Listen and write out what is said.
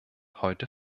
heute